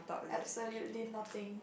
absolutely nothing